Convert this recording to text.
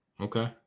Okay